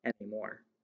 anymore